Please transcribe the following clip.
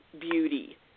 beauty